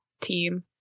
team